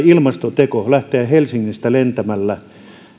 ilmastoteko lähteä helsingistä lentämällä